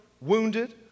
wounded